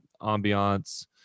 ambiance